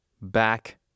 back